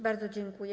Bardzo dziękuję.